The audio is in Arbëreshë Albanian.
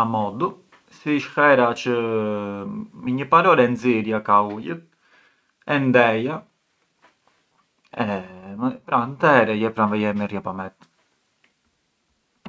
a moddu e si ish hera çë… mbi një par orë e nxirja ka ujët, e ndeja e pran terej e e vuja pamet.